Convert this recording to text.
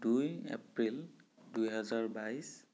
দুই এপ্ৰিল দুহেজাৰ বাইছ